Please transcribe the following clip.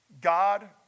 God